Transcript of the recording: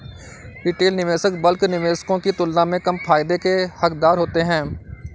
retail निवेशक bulk निवेशकों की तुलना में कम फायदे के हक़दार होते हैं